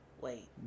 Wait